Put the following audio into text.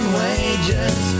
wages